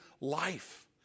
life